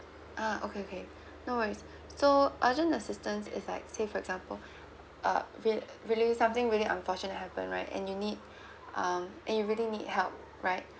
ah okay okay no worries so urgent assistance is like say for example uh re~ really something really unfortunate happen right and you need um and you really need help right